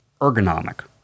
ergonomic